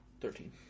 thirteen